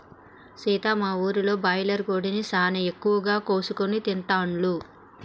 సీత మా ఊరిలో బాయిలర్ కోడిని సానా ఎక్కువగా కోసుకొని తింటాల్లు